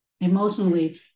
emotionally